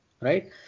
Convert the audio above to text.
right